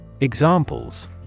Examples